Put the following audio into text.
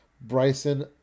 Bryson